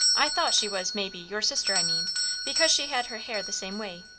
i thought she was, maybe your sister, i mean because she had her hair the same way.